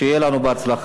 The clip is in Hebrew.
שיהיה לנו בהצלחה.